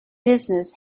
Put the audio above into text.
business